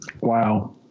Wow